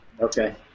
Okay